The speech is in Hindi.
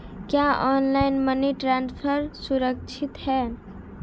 क्या ऑनलाइन मनी ट्रांसफर सुरक्षित है?